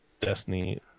Destiny